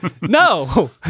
no